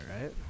right